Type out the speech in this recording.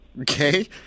Okay